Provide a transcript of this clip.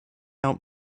out